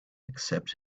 except